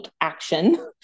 action